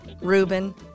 Reuben